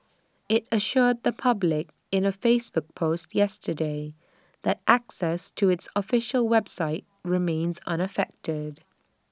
IT assured the public in A Facebook post yesterday that access to its official website remains unaffected